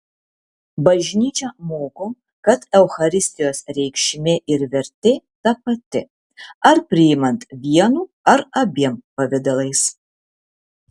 bažnyčia moko kad eucharistijos reikšmė ir vertė ta pati ar priimant vienu ar abiem pavidalais